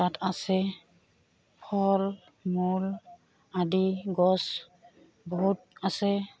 তাত আছে ফল মূল আদি গছ বহুত আছে